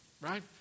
right